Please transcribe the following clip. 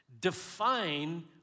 Define